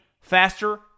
faster